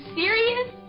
serious